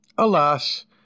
Alas